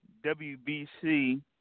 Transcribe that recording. WBC